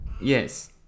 Yes